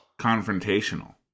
confrontational